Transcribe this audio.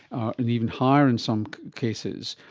and even higher in some cases.